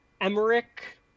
emmerich